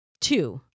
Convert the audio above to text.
two